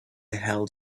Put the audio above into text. held